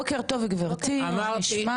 בוקר טוב גברתי, מה נשמע?